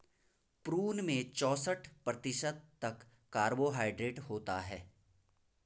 prune में चौसठ प्रतिशत तक कार्बोहायड्रेट होता है